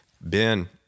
Ben